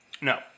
no